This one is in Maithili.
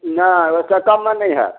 नहि ओहिसँ कममे नहि होयत